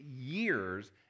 years